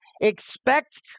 expect